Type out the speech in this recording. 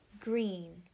green